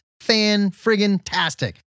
fan-friggin-tastic